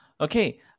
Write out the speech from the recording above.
Okay